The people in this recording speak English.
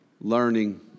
learning